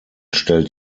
stellt